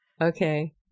okay